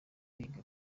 bariga